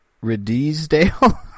Redesdale